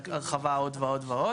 הרחבה עוד ועוד.